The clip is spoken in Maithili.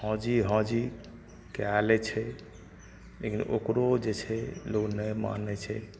हँ जी हँ जी कए लै छै लेकिन ओकरो जे छै लोग नहि मानै छै